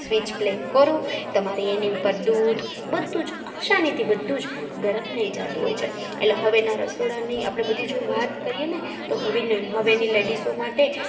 switch play કરો તમારે એની ઉપર દૂધ બધુ જ ખુશાનીથી બધુ જ ગરમ થઈ જાતું હોય છે એટલે હવે ના રસોડાની આપણે બધી જો વાત કરીએ ને તો હવેની લેડિસો માટે